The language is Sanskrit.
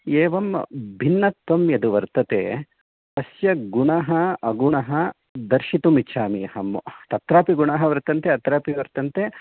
एवं भिन्नत्वं यद्वर्तते अस्य गुणः अगुणः दर्शितुम् इच्छामि अहं तत्रापि गुणः वर्तन्ते अत्रापि वर्तन्ते